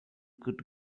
could